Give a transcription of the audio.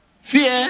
Fear